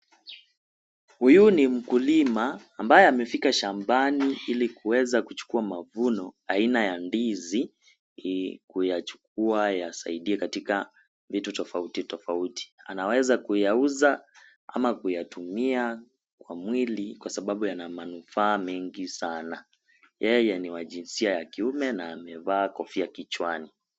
Huyu ni mkulima ambaye amefika shambani ili kuchukua mavuno aina ya ndizi, kuyachukua yasaidie katika vitu tofauti tofauti, anaweza kuyauza ama kuyatumia kwa mwili kwa sababu yana manufaa mengi sana. Yeye ni wa jinsia wa kiume na amevaa kofia kichwani.